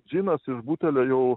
džinas iš butelio jau